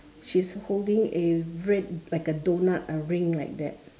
she's holding a red like a doughnut a ring like that